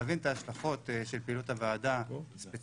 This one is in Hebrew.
להבין את ההשלכות של פעילות הוועדה ספציפית,